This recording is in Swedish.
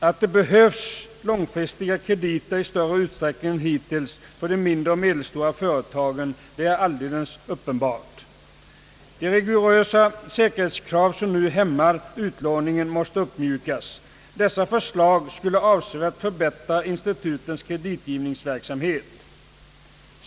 Att det är ett stort behov av långfristiga krediter till de mindre och medelstora företagen är alldeles uppenbart. De rigorösa säkerhetskrav som nu hämmar utlåningen måste uppmjukas. Dessa förslag skuile avsevärt förbättra institutens kreditgivningsverksamhet.